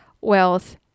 wealth